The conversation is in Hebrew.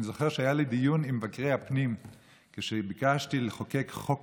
אני זוכר שהיה לי דיון עם מבקרי הפנים כשביקשתי לחוקק חוק